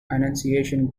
annunciation